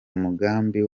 umugambi